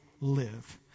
live